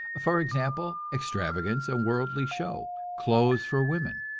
for example, extravagance and worldly show clothes for women.